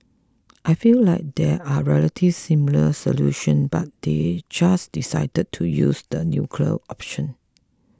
I feel like there are relatively simpler solutions but they just decided to use the nuclear option